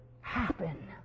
happen